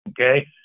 Okay